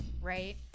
right